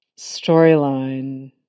storyline